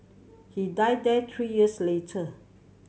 he died there three years later